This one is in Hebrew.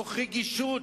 מתוך רגישות,